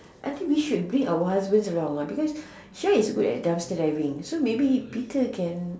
I think we should bring our husbands around ah because Sha is good at dumpster diving so maybe Peter can